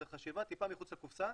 זו חשיבה מחוץ לקופסה